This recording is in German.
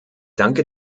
danke